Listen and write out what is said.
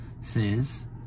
says